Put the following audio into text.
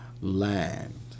land